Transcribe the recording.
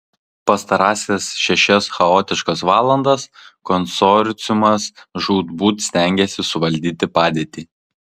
pastarąsias šešias chaotiškas valandas konsorciumas žūtbūt stengėsi suvaldyti padėtį